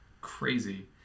crazy